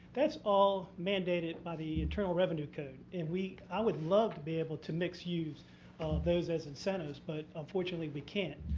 that's all mandated by the internal revenue code, and we i would love to be able to mix use those as incentives, but unfortunately we can't.